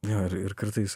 jo ir ir kartais